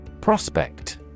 Prospect